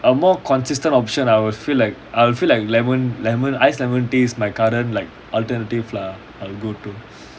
a more consistent option I would feel like I would feel like lemon lemon iced lemon tea is my current alternative lah or go to